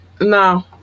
No